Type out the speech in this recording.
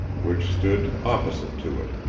which stood opposite to it,